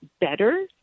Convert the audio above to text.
better